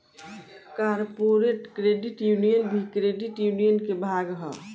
corporate credit union भी credit union के भाग ह